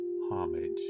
homage